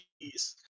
please